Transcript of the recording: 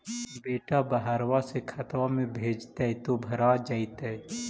बेटा बहरबा से खतबा में भेजते तो भरा जैतय?